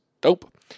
dope